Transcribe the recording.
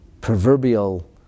proverbial